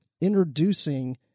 introducing